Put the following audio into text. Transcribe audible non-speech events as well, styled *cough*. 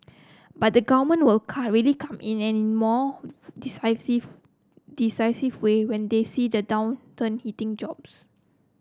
but the Government will *unintelligible* really come in in a more decisive decisive way when they see the downturn hitting jobs